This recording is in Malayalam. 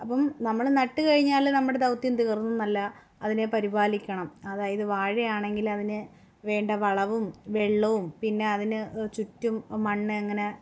അപ്പം നമ്മൾ നട്ട് കഴിഞ്ഞാൽ നമ്മുടെ ദൗത്യം തീർന്നു എന്നല്ല അതിനെ പരിപാലിക്കണം അതായത് വാഴയാണെങ്കിൽ അതിന് വേണ്ട വളവും വെള്ളവും പിന്നെ അതിന് ചുറ്റും മണ്ണ് ഇങ്ങനെ